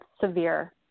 severe